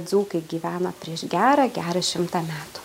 dzūkai gyvena prieš gerą gerą šimtą metų